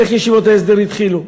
איך ישיבות ההסדר התחילו.